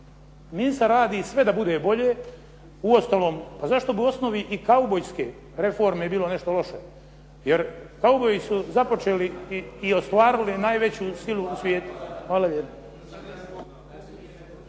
Ministar radi sve da bude bolje. Uostalom, a zašto bi u osnovi i kaubojske reforme bilo nešto loše? Jer kauboji su započeli i ostvarili najveću silu u svijetu.